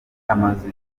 amazu